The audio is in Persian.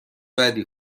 بدی